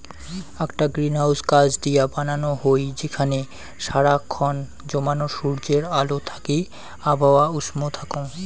আকটা গ্রিনহাউস কাচ দিয়া বানানো হই যেখানে সারা খন জমানো সূর্যের আলো থাকি আবহাওয়া উষ্ণ থাকঙ